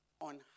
on